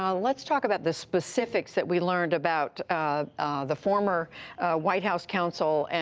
um let's talk about the specifics that we learned about um the former white house counsel, and